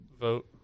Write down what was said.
Vote